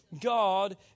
God